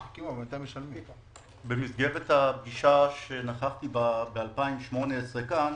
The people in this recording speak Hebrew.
במסגרת הפגישה שנכחתי בה ב-2018 כאן,